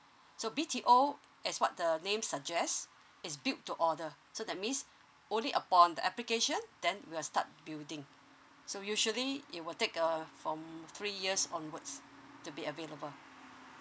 so B_T_O as what the name suggest is built to order so that means only upon the application then we'll start building so usually it will take a from three years onwards to be available